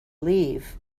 leave